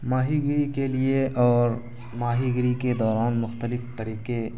ماہی گیری کے لیے اور ماہی گیری کے دوران مختلف طریقے